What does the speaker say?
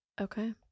Okay